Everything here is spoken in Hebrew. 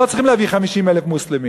לא צריכים להביא 50,000 מוסלמים,